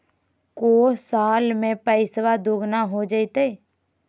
को साल में पैसबा दुगना हो जयते?